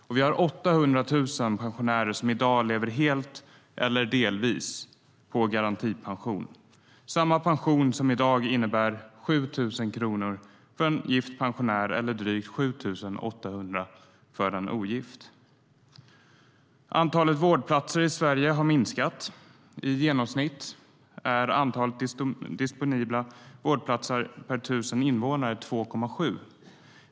Och vi har 800 000 pensionärer som i dag lever helt eller delvis på garantipension; det innebär i dag 7 000 kronor för en gift pensionär eller drygt 7 800 kronor för den som är ogift. Antalet vårdplatser i Sverige har minskat. I genomsnitt är antalet disponibla vårdplatser per tusen invånare 2,7.